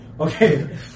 Okay